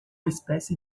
espécie